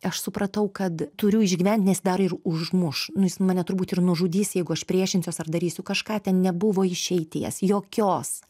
aš supratau kad turiu išgyvent nes dar ir užmuš jis mane turbūt ir nužudys jeigu aš priešinsiuos ar darysiu kažką ten nebuvo išeities jokios